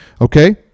Okay